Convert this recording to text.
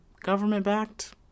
government-backed